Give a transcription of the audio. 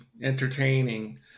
entertaining